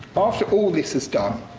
after all this is done.